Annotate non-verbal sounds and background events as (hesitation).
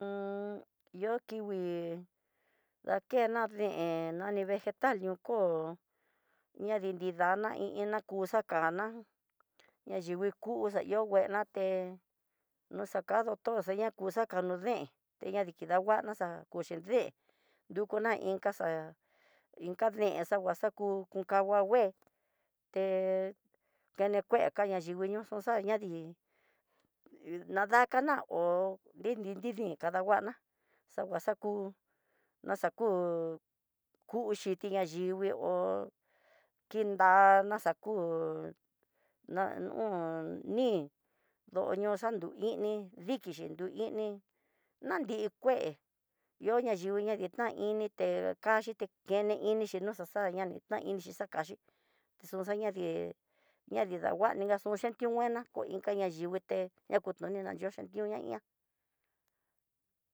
(hesitation) yo kingui dakeno deen nani vegetal ño ko ña dididana iin iná ku, kuxakuana na yingui kuxa yo'o veena té no xaka doctor xanakuxa xakano deen teña ditanguaxa kuxi, deen nukuna iin casa inka deen xangua xaku konkangua ngué té tenekue kaña yinguiñoxo xa ñadii nadakana hó di ni nridi kadanguana xanaxaku naxaku kuxhiti nayigui hó kindana xakú na o'on ni ndoyo xando ini, dikixhi uu ini nadii kué yo ñayingui ña dita ini té kaxhi té keneinixi xhinoxaxa ñani taini xakaxhi xunxani ñani danguani jaxhion nguena ko inka na yinguité ña kutu yo'ó xhe yi'ó na ihá.